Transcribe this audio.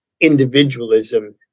individualism